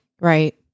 Right